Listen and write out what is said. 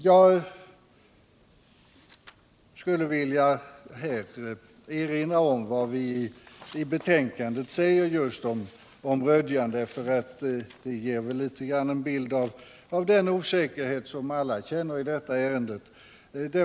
Jag skulle vilja erinra om vad vi i betänkandet säger just om Rödjan därför att det ger en bild av den osäkerhet som alla känner i detta ärende.